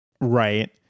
Right